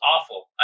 awful